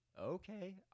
Okay